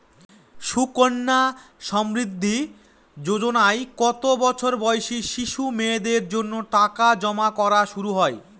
সুকন্যা সমৃদ্ধি যোজনায় কত বছর বয়সী শিশু মেয়েদের জন্য টাকা জমা করা শুরু হয়?